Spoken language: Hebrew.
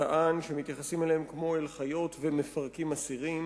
טען שמתייחסים אליהם כמו אל חיות ומפרקים אסירים.